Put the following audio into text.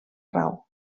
raó